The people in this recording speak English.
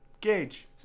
gage